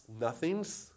nothings